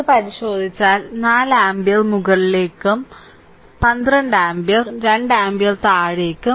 ഇത് പരിശോധിച്ചാൽ 4 ആമ്പിയർ മുകളിലേക്കും 12 ആമ്പിയർ 2 ആമ്പിയർ താഴേക്കും